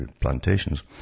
plantations